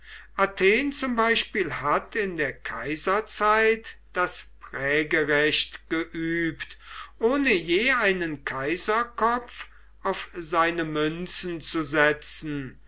athen zum beispiel hat in der kaiserzeit das prägerecht geübt ohne je einen kaiserkopf auf seine münzen zu setzen